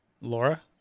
Laura